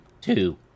two